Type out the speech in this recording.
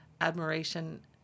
admiration